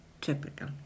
typical